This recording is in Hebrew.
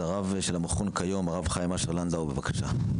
אז הרב של המכון כיום, הרב חיים אשר לנדאו, בבקשה.